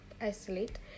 isolate